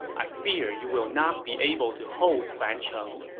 i fear you will not be able to hold fancheng.